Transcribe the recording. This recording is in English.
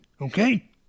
Okay